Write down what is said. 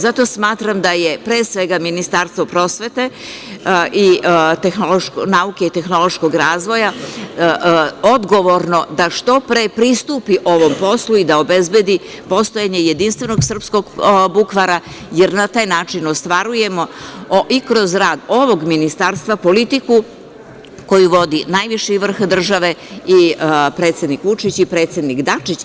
Zato smatram da je, pre svega, Ministarstvo prosvete, nauke i tehnološkog razvoja odgovorno da što pre pristupi ovom poslu i da obezbedi postojanje jedinstvenog srpskog bukvara, jer na taj način ostvarujemo, kroz rad ovog Ministarstva, politiku koju vodi najviši vrh države i predsednik Vučić i predsednik Dačić.